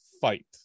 fight